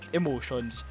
emotions